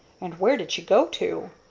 and where did she go to?